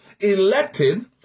elected